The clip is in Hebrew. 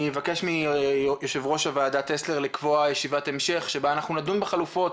אבקש מיו"ר הוועדה טסלר לקבוע ישיבת המשך שבה אנחנו נדון בחלופות